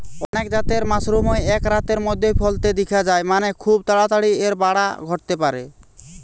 অনেক জাতের মাশরুমই এক রাতের মধ্যেই ফলতে দিখা যায় মানে, খুব তাড়াতাড়ি এর বাড়া ঘটতে পারে